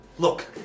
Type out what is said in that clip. Look